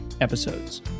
episodes